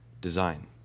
Design